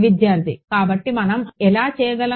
విద్యార్థి కాబట్టి మనం ఎలా చేయగలం